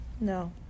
No